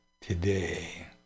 today